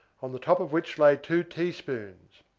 on the top of which lay two teaspoons.